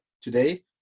today